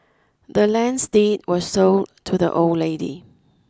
the land's deed was sold to the old lady